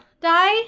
die